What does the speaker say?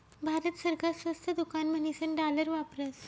भारत सरकार स्वस्त दुकान म्हणीसन डालर वापरस